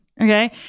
Okay